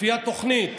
לפי התוכנית